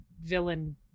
villain